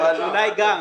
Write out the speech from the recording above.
אולי גם ...